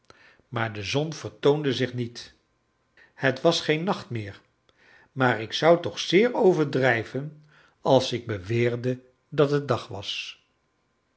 maar de zon vertoonde zich niet het was geen nacht meer maar ik zou toch zeer overdrijven als ik beweerde dat het dag was